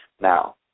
Now